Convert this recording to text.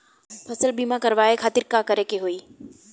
फसल बीमा करवाए खातिर का करे के होई?